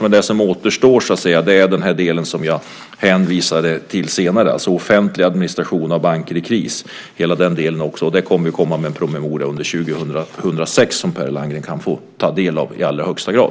Men det som återstår är hela den del som jag hänvisade till, Offentlig administration av banker i kris . Den kommer vi att komma med en promemoria om under 2006, som Per Landgren kan få ta del av i allra högsta grad.